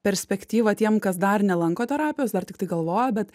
perspektyvą tiem kas dar nelanko terapijos dar tik galvoja bet